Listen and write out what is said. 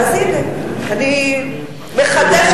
אז הנה, אני מחדשת לכם.